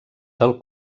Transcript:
del